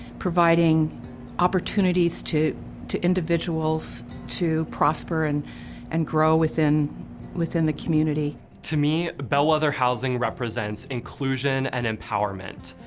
providing opportunities to to individuals to prosper and and grow within within the community. to me, bellwether housing represents inclusion and empowerment.